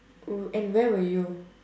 oo and where were you